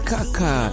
Kaka